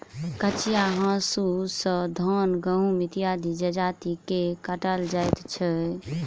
कचिया हाँसू सॅ धान, गहुम इत्यादि जजति के काटल जाइत छै